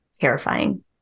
terrifying